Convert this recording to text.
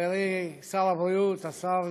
חברי שר הבריאות השר ליצמן,